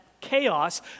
chaos